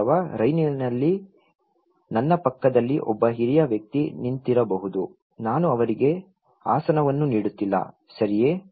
ಅಥವಾ ರೈಲಿನಲ್ಲಿ ನನ್ನ ಪಕ್ಕದಲ್ಲಿ ಒಬ್ಬ ಹಿರಿಯ ವ್ಯಕ್ತಿ ನಿಂತಿರಬಹುದು ನಾನು ಅವರಿಗೆ ಆಸನವನ್ನು ನೀಡುತ್ತಿಲ್ಲ ಸರಿಯೇ